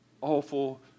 awful